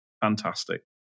fantastic